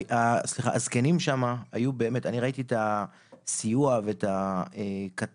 הזקנים שם, באמת, אני ראיתי את הסיוע ואת הכתף.